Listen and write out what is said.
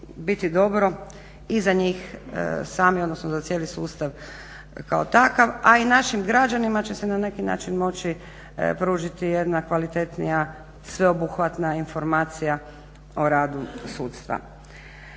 biti dobro i za njih same i za cijeli sustav kao takav a i našim građanima će se na neki način moći pružiti jedna kvalitetnija, sveobuhvatna informacija o radu sudstva.